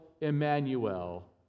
Emmanuel